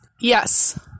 yes